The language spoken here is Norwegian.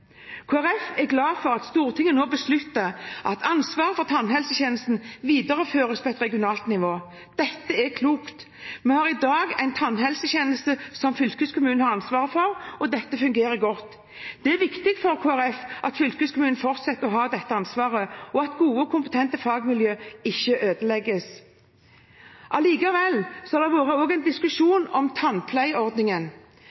Folkeparti er glad for at Stortinget nå beslutter at ansvaret for tannhelsetjenesten videreføres på et regionalt nivå. Det er klokt. Vi har i dag en tannhelsetjeneste som fylkeskommunen har ansvaret for, og dette fungerer godt. Det er viktig for Kristelig Folkeparti at fylkeskommunen fortsetter å ha dette ansvaret, og at gode og kompetente fagmiljø ikke ødelegges. Allikevel har det også vært en